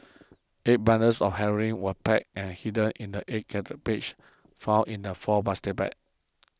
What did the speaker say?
eight bundles of heroin were packed and hidden in the eight found in the four plastic bags